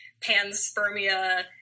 panspermia